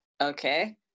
Okay